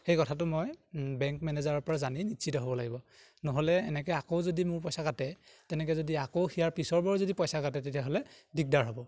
সেই কথাটো মই বেংক মেনেজাৰৰ পৰা জানি নিশ্চিত হ'ব লাগিব নহ'লে এনেকে আকৌ যদি মোৰ পইচা কাটে তেনেকে যদি আকৌ সিয়াৰ পিছৰবোৰো যদি পইচা কাটে তেতিয়াহ'লে দিগদাৰ হ'ব